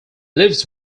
lives